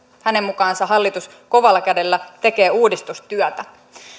hänen mukaansa hallitus kovalla kädellä tekee uudistustyötä